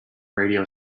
radio